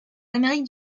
amérique